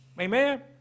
Amen